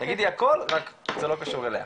תגידי הכל, רק זה לא קשור אליה.